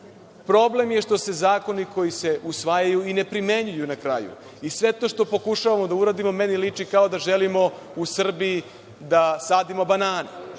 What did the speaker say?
je što se zakoni koji se usvajaju ne primenjuju na kraju. Sve to što pokušavamo da uradimo meni liči kao da želimo u Srbiji da sadimo banane.